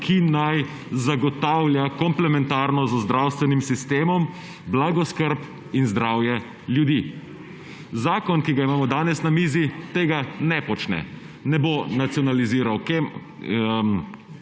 ki naj zagotavlja komplementarno z zdravstvenim sistemom blagoskrb in zdravje ljudi. Zakon, ki ga imamo danes na mizi, tega ne počne. Ne bo nacionaliziral